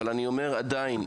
אבל אני אומר עדיין,